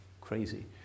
crazy